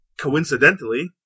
coincidentally